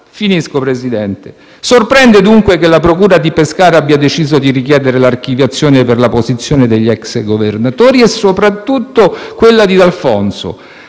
signor Presidente. Sorprende dunque che la procura di Pescara abbia deciso di richiedere l'archiviazione per la posizione degli ex governatori e soprattutto quella di D'Alfonso,